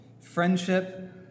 Friendship